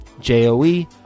J-O-E